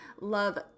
love